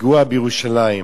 הפיגוע בירושלים,